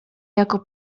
jako